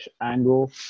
angle